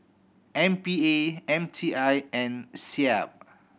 M P A M T I and SEAB